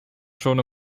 schon